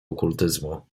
okultyzmu